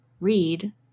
read